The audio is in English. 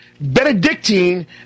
Benedictine